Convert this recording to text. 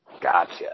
Gotcha